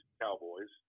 cowboys